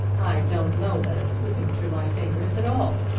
i don't know that it's slipping through my fingers at all,